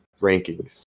rankings